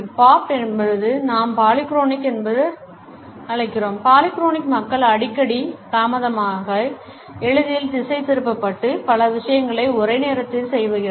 pop என்பது நாம் polychronic என்று அழைக்கிறோம் பாலிகிரோனிக் மக்கள் அடிக்கடி தாமதமாகி எளிதில் திசைதிருப்பப்பட்டு பல விஷயங்களை ஒரே நேரத்தில் செய்கிறார்கள்